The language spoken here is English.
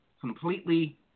completely